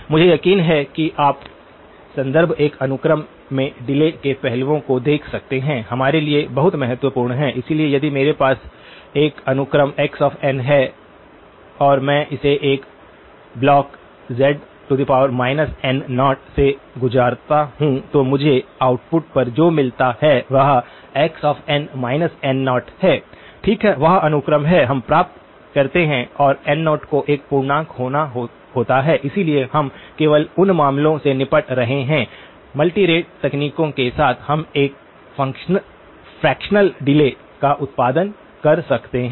मुझे यकीन है कि आप संदर्भ एक अनुक्रम में डिले के पहलुओं को देख सकते हैं हमारे लिए बहुत महत्वपूर्ण है इसलिए यदि मेरे पास एक अनुक्रम x n है और मैं इसे एक ब्लॉक z n0 से गुजरता हूं तो मुझे आउटपुट पर जो मिलता है वह xn n0 है ठीक है वह अनुक्रम है हम प्राप्त करते हैं और n0 को एक पूर्णांक होना होता है इसलिए हम केवल उन मामलों से निपट रहे हैं मल्टी रेट तकनीकों के साथ हम एक फ्रॅक्शनल डिलेस का उत्पादन कर सकते हैं